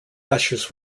ashes